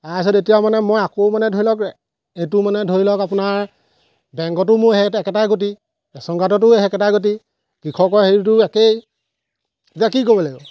তাৰপাছত এতিয়া মানে মই আকৌ মানে ধৰি লওক এইটো মানে ধৰি লওক আপোনাৰ বেংকতো মোৰ সেই একেটাই গতি ৰেচন কাৰ্ডটো সেই একেটাই গতি কৃষকৰ হেৰিটো একেই এতিয়া কি কৰিব লাগিব